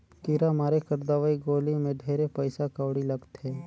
कीरा मारे कर दवई गोली मे ढेरे पइसा कउड़ी लगथे